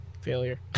failure